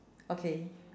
okay